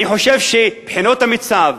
אני חושב שבחינות המיצ"ב,